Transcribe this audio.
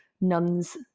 nuns